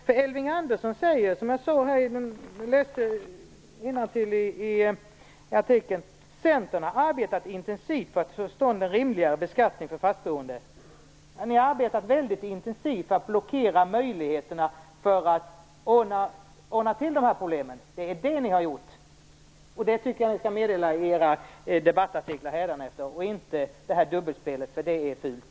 Jag läste tidigare innantill vad Elving Andersson sade i artikeln: Centern har arbetat intensivt för att få till stånd en rimligare beskattning för fastboende. Ni har arbetat väldigt intensivt för att blockera möjligheterna att ordna till de här problemen. Det är vad ni har gjort. Det tycker jag att ni skall meddela i era debattartiklar hädanefter och inte bedriva detta dubbelspel. Det är fult!